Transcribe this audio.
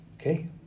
Okay